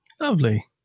lovely